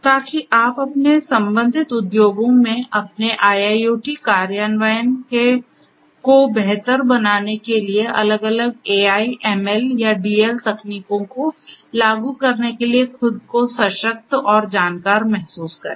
ताकि आप अपने संबंधित उद्योगों में अपने IIoT कार्यान्वयन को बेहतर बनाने के लिए अलग अलग AI ML या DL तकनीकों को लागू करने के लिए खुद को सशक्त और जानकार महसूस करें